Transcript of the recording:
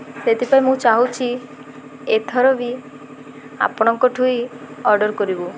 ସେଥିପାଇଁ ମୁଁ ଚାହୁଁଛି ଏଥର ବି ଆପଣଙ୍କଠୁ ହିଁ ଅର୍ଡ଼ର୍ କରିବୁ